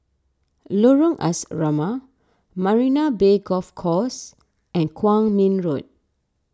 Lorong Asrama Marina Bay Golf Course and Kwong Min Road